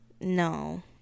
No